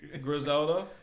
Griselda